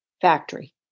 factory